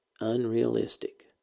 unrealistic